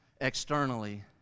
externally